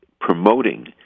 promoting